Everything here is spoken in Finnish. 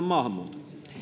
maahanmuuton